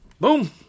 boom